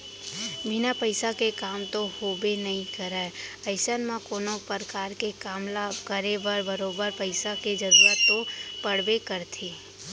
बिन पइसा के काम तो होबे नइ करय अइसन म कोनो परकार के काम ल करे बर बरोबर पइसा के जरुरत तो पड़बे करथे